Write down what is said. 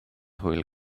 hwyl